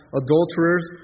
adulterers